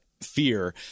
fear